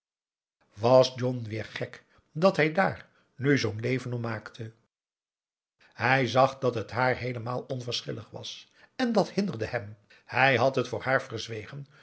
was john weer gek dat hij daar nu zoo'n leven om maakte hij zag dat t haar heelemaal onverschillig was en dat hinderde hem hij had t voor haar verzwegen